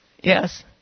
Yes